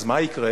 אז מה יקרה?